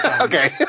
Okay